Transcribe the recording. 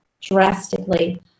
drastically